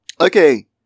okay